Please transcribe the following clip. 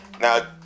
Now